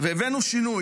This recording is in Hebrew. והבאנו שינוי.